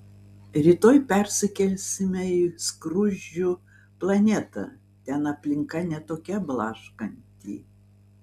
rytoj persikelsime į skruzdžių planetą ten aplinka ne tokia blaškanti